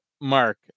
Mark